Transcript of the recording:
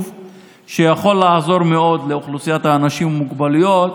שיכול לעזור מאוד לאוכלוסיית האנשים עם מוגבלויות,